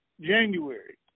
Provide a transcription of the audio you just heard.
January